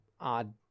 odd